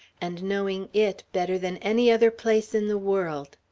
and knowing it better than any other place in the world.